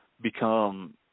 become